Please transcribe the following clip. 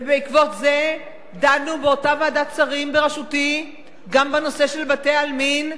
ובעקבות זה דנו באותה ועדת שרים בראשותי גם בנושא של בתי-עלמין,